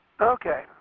Okay